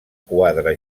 quadra